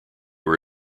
were